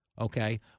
Okay